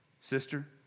sister